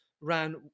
ran –